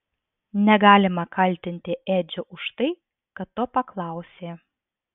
negalima kaltinti edžio už tai kad to paklausė